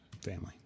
Family